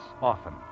often